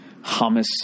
hummus